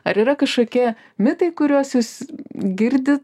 ar yra kažkokie mitai kuriuos jūs girdit